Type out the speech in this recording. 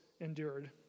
endured